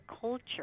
culture